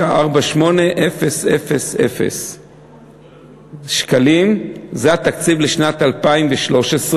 395,032,948,000 שקלים, זה התקציב לשנת 2013,